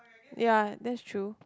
ya that's true